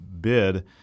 bid